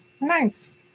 Nice